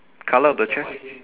colour of the chair